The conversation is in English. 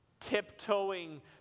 tiptoeing